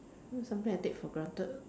what is something I take for granted